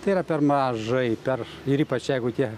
tai yra per mažai per ir ypač jeigu tie